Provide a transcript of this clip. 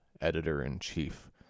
Editor-in-Chief